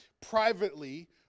privately